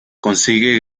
consigue